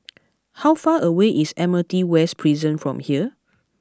how far away is Admiralty West Prison from here